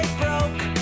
broke